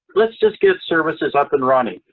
let's just get services up and running.